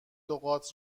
لغات